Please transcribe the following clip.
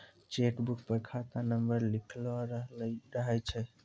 cheque book पर खाता number लिखलो रहै छै